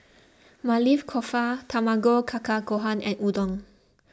Maili Kofta Tamago Kake Gohan and Udon